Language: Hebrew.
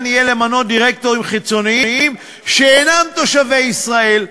יהיה למנות דירקטורים חיצוניים שאינם תושבי ישראל.